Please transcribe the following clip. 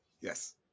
Yes